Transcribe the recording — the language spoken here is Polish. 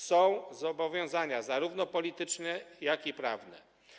Są zobowiązania zarówno polityczne, jak i prawne.